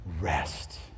rest